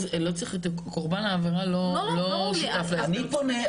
קורבן העבירה לא שותף להסדר טיעון.